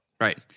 right